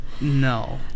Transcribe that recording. No